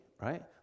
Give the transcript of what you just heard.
right